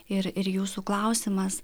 ir ir jūsų klausimas